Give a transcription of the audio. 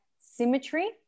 symmetry